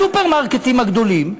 הסופרמרקטים הגדולים,